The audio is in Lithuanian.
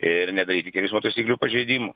ir nedaryti kelių eismo taisyklių pažeidimų